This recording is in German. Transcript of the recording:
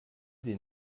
den